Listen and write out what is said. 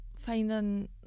finding